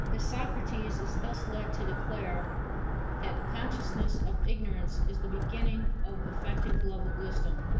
a socrates is thus led to declare that consciousness of ignorance is the beginning of effective love of wisdom,